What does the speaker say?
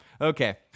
Okay